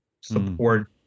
support